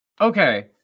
okay